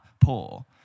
poor